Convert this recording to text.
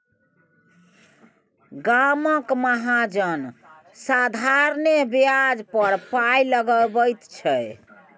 गामक महाजन साधारणे ब्याज पर पाय लगाबैत छै